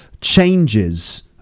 changes